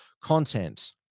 content